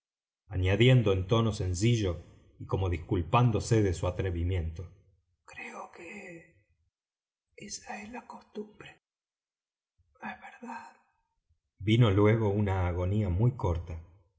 añadiendo en tono sencillo y como disculpándose de su atrevimiento créo que esa es la costumbre no es verdad vino luego una agonía muy corta